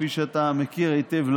כפי שאתה מכיר היטב,